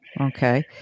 Okay